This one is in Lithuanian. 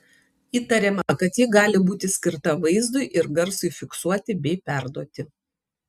įtariama kad ji gali būti skirta vaizdui ir garsui fiksuoti bei perduoti